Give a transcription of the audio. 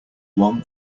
one